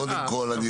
קודם כל,